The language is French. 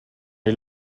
les